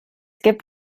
gibt